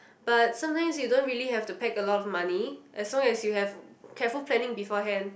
but sometimes you don't really have to pack a lot of money as long as you have careful planning before hand